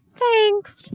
Thanks